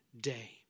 day